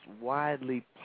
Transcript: widely